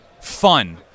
fun